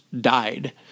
died